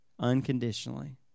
unconditionally